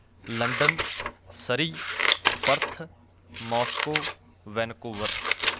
London Surrey Perth Moscow Vancouver